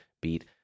beat